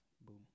Boom